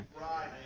Right